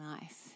life